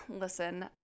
listen